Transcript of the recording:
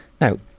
Now